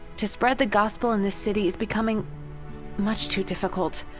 to spread the gospel in this city is becoming much too difficult.